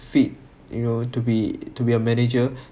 fit you know to be to be a manager